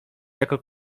jako